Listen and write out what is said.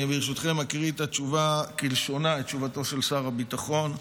ברשותכם, אקריא את תשובתו של שר הביטחון כלשונה,